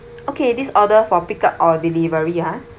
okay this order for pickup or delivery ah